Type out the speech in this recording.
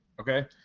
okay